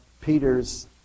Peter's